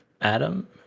Adam